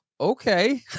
okay